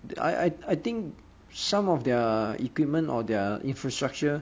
I I I think some of their equipment or their infrastructure